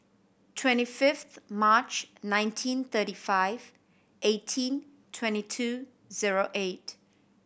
twenty fifth March nineteen thirty five eighteen twenty two zero eight